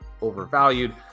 overvalued